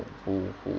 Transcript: who who